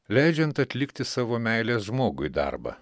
leidžiant atlikti savo meilės žmogui darbą